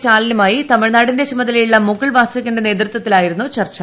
സ്റ്റാൻലിനുമായി തമിഴ്നാടിന്റെ ചുമതലയുള്ള മുകുൾ വാസിനിക്കിന്റെ നേതൃത്വത്തിലായിരുന്നു ചർച്ചു